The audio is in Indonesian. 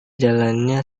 jalannya